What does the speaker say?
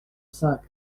cinq